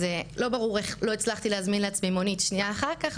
לא ברור איך לא הצלחתי להזמין לעצמי מונית שנייה אחר כך,